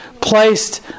placed